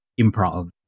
improv